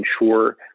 ensure